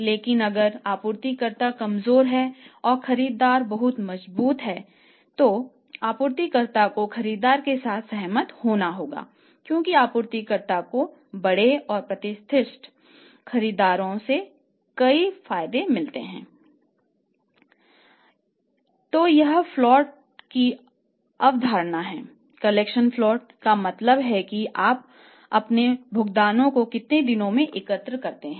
लेकिन अगर आपूर्तिकर्ता कमजोर है और खरीदार बहुत मजबूत है तो आपूर्तिकर्ता को खरीदार के साथ सहमत होना होगा क्योंकि आपूर्तिकर्ता को बड़े और प्रतिष्ठित खरीदारों से कई फायदे मिलते हैं